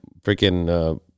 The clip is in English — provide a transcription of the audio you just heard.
freaking